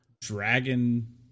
dragon